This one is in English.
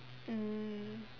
mm